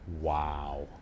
Wow